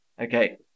Okay